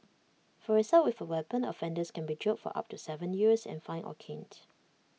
for assault with A weapon offenders can be jailed for up to Seven years and fined or caned